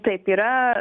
taip yra